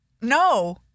No